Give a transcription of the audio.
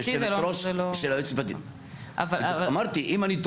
להבנתי זה לא --- אמרתי, אם אני טועה,